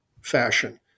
fashion